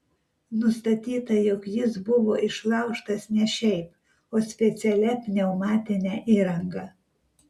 nustatyta jog jis buvo išlaužtas ne šiaip o specialia pneumatine įranga